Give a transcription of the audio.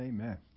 Amen